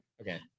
okay